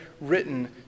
written